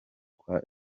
kwa